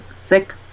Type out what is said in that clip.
thick